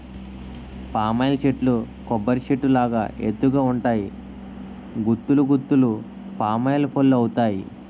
palm oil చెట్లు కొబ్బరి చెట్టు లాగా ఎత్తు గ ఉంటాయి గుత్తులు గుత్తులు పామాయిల్ పల్లువత్తాయి